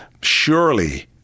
surely